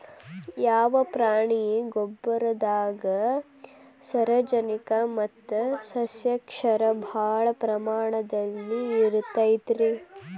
ಯಾವ ಪ್ರಾಣಿಯ ಗೊಬ್ಬರದಾಗ ಸಾರಜನಕ ಮತ್ತ ಸಸ್ಯಕ್ಷಾರ ಭಾಳ ಪ್ರಮಾಣದಲ್ಲಿ ಇರುತೈತರೇ?